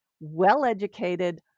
well-educated